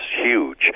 huge